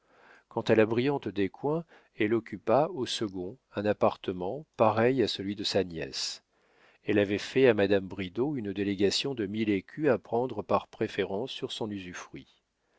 quant à la brillante descoings elle occupa au second un appartement pareil à celui de sa nièce elle avait fait à madame bridau une délégation de mille écus à prendre par préférence sur son